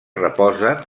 reposen